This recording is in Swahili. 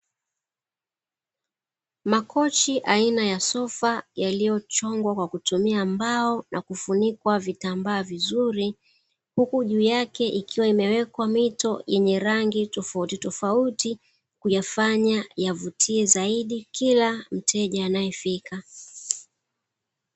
Makochi aina ya sofa yaliyochongwa kwa kutumia mbao na kufunikwa vitambaa vizuri, huku juu yake ikiwa imewekwa mito yenye rangi tofautitofauti, huyafanya yavutie zaidi kila mteja anayefika.